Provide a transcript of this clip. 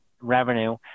revenue